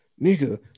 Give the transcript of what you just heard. nigga